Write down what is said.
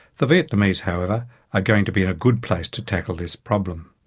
the vietnamese however are going to be in a good place to tackle this problem.